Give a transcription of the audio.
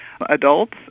adults